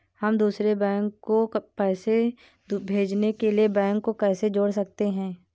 हम दूसरे बैंक को पैसे भेजने के लिए बैंक को कैसे जोड़ सकते हैं?